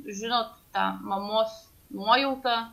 žinot ta mamos nuojauta